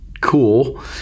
cool